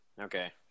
Okay